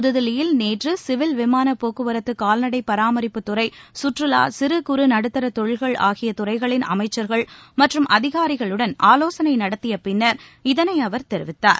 புதுதில்லியில் நேற்று சிவில் விமான போக்குவரத்து கால்நடை பராமரிப்புத்துறை சுற்றுவா சிறு குறு நடுத்தர தொழில்கள் ஆகிய துறைகளின் அமைச்சர்கள் மற்றும் அதிகாரிகளுடன் ஆலோசனை நடத்திய பின்னர் இதனை அவர் தெரிவித்தார்